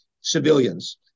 civilians